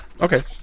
Okay